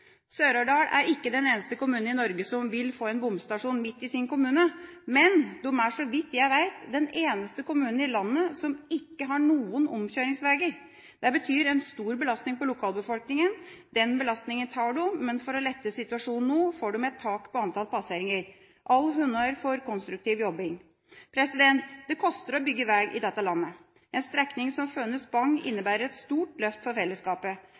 Sør-Aurdal er ikke den eneste kommunen i Norge som vil få en bomstasjon midt i sin kommune, men dette er, så vidt jeg vet, den eneste kommunen i landet som ikke har noen omkjøringsveier. Det betyr en stor belastning på lokalbefolkninga. Den belastninga tar de, men for å lette situasjonen noe får de et tak på antall passeringer. All honnør for konstruktiv jobbing! Det koster å bygge veg i dette landet. En strekning som Fønhus–Bagn innebærer et stort løft for fellesskapet.